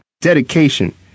dedication